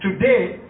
Today